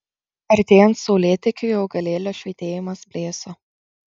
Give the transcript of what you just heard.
artėjant saulėtekiui augalėlio švytėjimas blėso